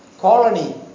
colony